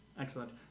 Excellent